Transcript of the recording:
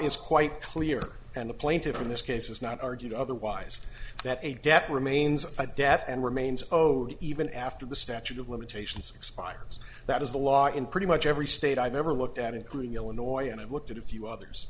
is quite clear and the plaintiffs in this case is not argued otherwise that a debt remains i debt and remains of even after the statute of limitations expires that is the law in pretty much every state i've ever looked at including illinois and i've looked at a few others